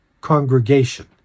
congregation